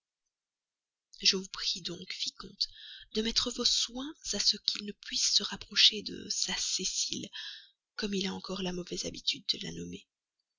je vous prie donc vicomte de mettre vos soins pendant mon voyage à ce qu'il ne puisse se rapprocher de sa cécile comme il a encore la mauvaise habitude de la nommer